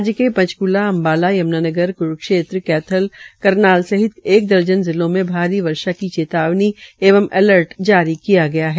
राज्य के पंचकूला अम्बाला यमुनानगर कुरूक्षेत्र कैथल करनाल सहित एक दर्जन जिलों में भारी वर्षा की चेतावनी एव अलर्ट जारी किया गया है